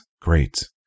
great